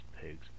pigs